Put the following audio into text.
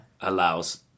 allows